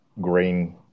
green